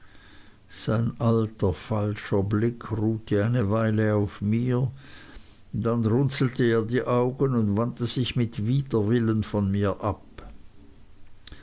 sein alter falscher blick ruhte eine weile auf mir dann runzelte er die brauen und wandte sich mit widerwillen von mir ab